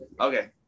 Okay